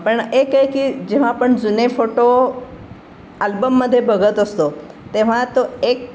पण एक आहे की जेव्हा आपण जुने फोटो अल्बममध्ये बघत असतो तेव्हा तो एक